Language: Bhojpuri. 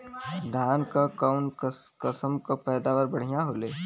धान क कऊन कसमक पैदावार बढ़िया होले?